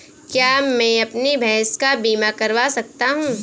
क्या मैं अपनी भैंस का बीमा करवा सकता हूँ?